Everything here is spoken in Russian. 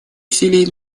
усилий